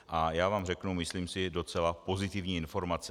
A já vám řeknu, myslím, docela pozitivní informace.